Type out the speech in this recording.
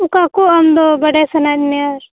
ᱚᱠᱟᱠᱚ ᱟᱢᱫᱚ ᱵᱟᱰᱟᱭ ᱥᱟᱱᱟᱭᱮᱫ ᱢᱮᱭᱟ